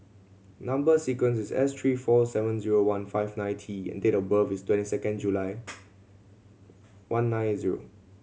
number sequence is S three four seven zero one five nine T and date of birth is twenty second July one nine zero